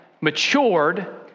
matured